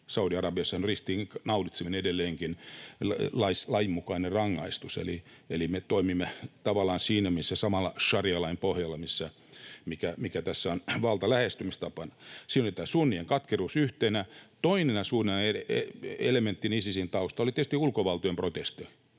Saudi-Arabiassa on ristiinnaulitseminen edelleenkin lainmukainen rangaistus, eli me toimimme tavallaan samalla šarialain pohjalla, mikä tässä on valtalähestymistapana. Siinä oli tämä sunnien katkeruus yhtenä. Toinen suuri elementti Isisin taustalla oli tietysti ulkovaltoihin kohdistuva